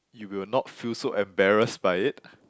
you will not feel so embarrassed by it